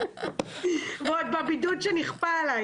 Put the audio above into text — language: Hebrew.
ועוד בבידוד שנכפה עליי.